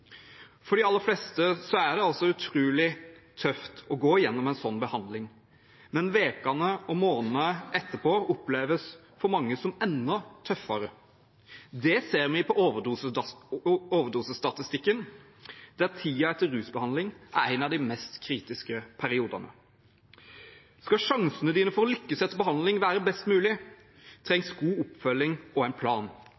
For de aller fleste er det utrolig tøft å gå gjennom en sånn behandling, men ukene og månedene etterpå oppleves for mange som enda tøffere. Det ser vi på overdosestatistikken, der tiden etter rusbehandling er en av de mest kritiske periodene. Skal sjansene for å lykkes etter behandling være best mulig,